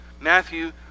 Matthew